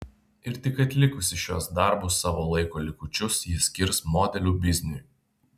ir tik atlikusi šiuos darbus savo laiko likučius ji skirs modelių bizniui